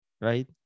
right